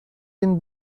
این